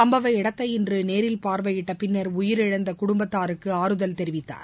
சும்பவ இடத்தை இன்று நேரில் பார்வையிட்டு பின்னர் உயிரிழந்த குடும்பத்தினருக்கு அறுதல் தெரிவித்தார்